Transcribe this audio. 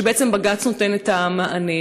שבעצם בג"ץ נותן את המענה,